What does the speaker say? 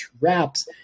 wraps